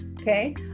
okay